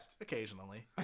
occasionally